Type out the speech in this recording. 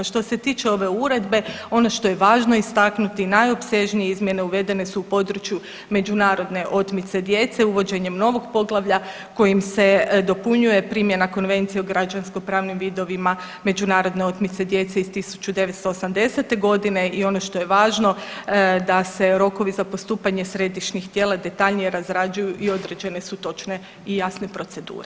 Što se tiče ove uredbe ono što je važno istaknuti najopsežnije izmjene uvedene su u području međunarodne otmice djece uvođenjem novog poglavlja kojim se dopunjuje primjena Konvencije o građansko pravnim vidovima međunarodne otmice djece iz 1980. godine i ono što je važno da se rokovi za postupanje središnjih tijela detaljnije razrađuju i određene su točne i jasne procedure.